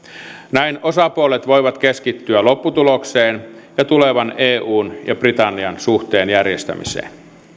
näin osapuolet voivat keskittyä lopputulokseen ja tulevan eun ja britannian suhteen järjestämiseen